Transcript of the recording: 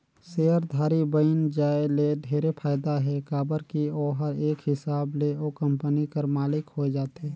सेयरधारी बइन जाये ले ढेरे फायदा हे काबर की ओहर एक हिसाब ले ओ कंपनी कर मालिक होए जाथे